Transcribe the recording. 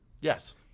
Yes